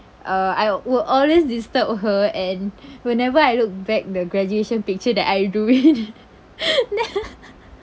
uh I will always disturb her and whenever I look back the graduation picture that I doing then